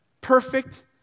perfect